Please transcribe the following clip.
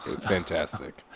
Fantastic